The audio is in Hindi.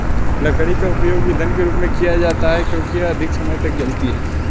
लकड़ी का उपयोग ईंधन के रूप में किया जाता है क्योंकि यह अधिक समय तक जलती है